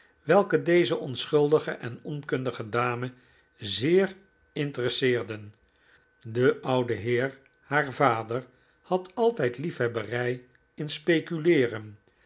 welke deze onschuldige en onkundige dame zeer interesseerden de oude heer haar vader had altijd liefhebberij in speculeeren